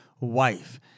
wife